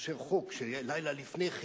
לאשר חוק שהיה לילה לפני כן.